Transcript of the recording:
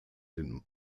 den